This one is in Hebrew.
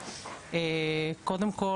קודם כל,